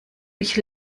mich